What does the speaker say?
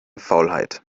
faulheit